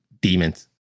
demons